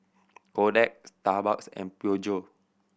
Kodak Starbucks and Peugeot